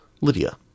Lydia